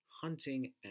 hunting